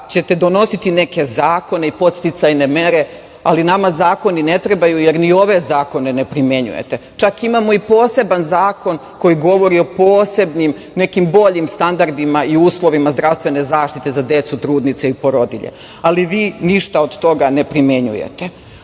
ćete donositi neke zakone i podsticajne mere. Nama zakoni ne trebaju, jer ni ove zakone ne primenjujete. Čak imamo i poseban zakon koji govori o posebnim, nekim boljim standardima i uslovima zdravstvene zaštite za decu, trudnice i porodilje, vi ništa od toga ne primenjujete. Ono